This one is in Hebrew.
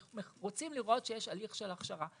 שרוצים לראות שיש הליך של הכשרה.